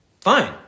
Fine